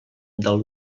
del